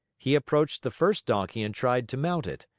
he approached the first donkey and tried to mount it.